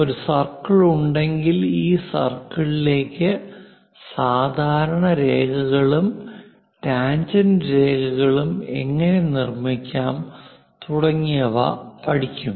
ഒരു സർക്കിൾ ഉണ്ടെങ്കിൽ ഈ സർക്കിളിലേക്ക് സാധാരണ രേഖകളും ടാൻജെന്റ് രേഖകളും എങ്ങനെ നിർമ്മിക്കാം തുടങ്ങിയവ പഠിക്കും